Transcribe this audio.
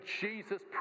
Jesus